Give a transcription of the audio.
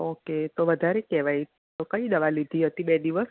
okay તો વધારે કેહવાઈ તો કઈ દવા લીધી હતી બે દિવસ